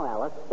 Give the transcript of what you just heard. Alice